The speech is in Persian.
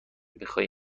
بخای